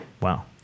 Wow